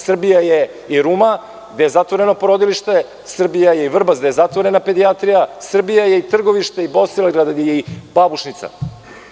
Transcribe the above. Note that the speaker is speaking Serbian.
Srbija je i Ruma, gde je zatvoreno porodilište, Srbija je i Vrbas, gde je zatvorena pedijatrija, Srbija je i Trgovište i Bosilegrad i Babušnica